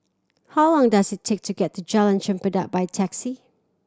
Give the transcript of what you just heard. how long does it take to get to Jalan Chempedak by taxi